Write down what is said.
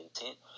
intent